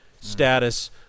status